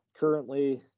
Currently